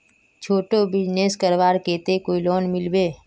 छोटो बिजनेस करवार केते कोई लोन मिलबे?